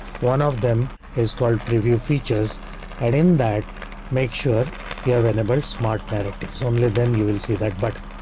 one of them is called preview features at in that make sure you have enabled smart narratives only then you will see that button.